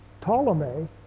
Ptolemy